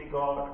God